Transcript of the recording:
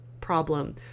problem